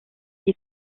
ils